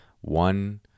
one